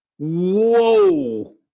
Whoa